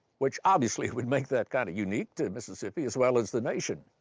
which obviously would make that kind of unique to mississippi as well as the nation.